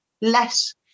less